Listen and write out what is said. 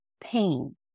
pain